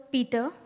Peter